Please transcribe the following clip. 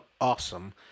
awesome